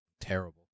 terrible